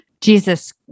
Jesus